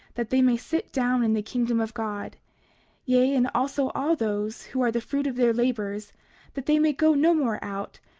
that they may sit down in the kingdom of god yea, and also all those who are the fruit of their labors that they may go no more out,